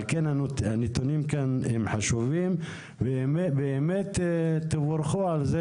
על כן הנתונים שמוצגים כאן חשובים ותבורכו על זה